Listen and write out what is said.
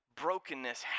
brokenness